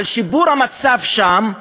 על שיפור המצב שם,